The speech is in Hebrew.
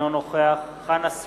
אינו נוכח חנא סוייד,